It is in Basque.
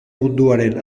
munduaren